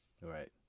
Right